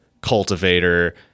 cultivator